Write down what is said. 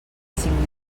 cinc